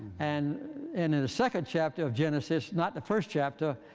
and and in the second chapter of genesis, not the first chapter,